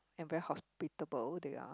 and very hospitable they are